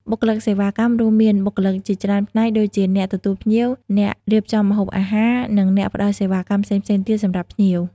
បុគ្គលិកសេវាកម្ម រួមមានបុគ្គលិកជាច្រើនផ្នែក ដូចជាអ្នកទទួលភ្ញៀវ អ្នករៀបចំម្ហូបអាហារ និង អ្នកផ្តល់សេវាកម្មផ្សេងៗទៀតសម្រាប់ភ្ញៀវ។